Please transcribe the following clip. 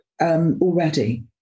Already